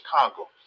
Chicago